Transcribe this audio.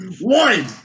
One